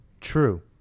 True